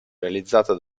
realizzata